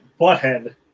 butthead